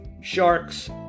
Sharks